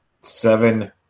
seven